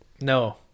No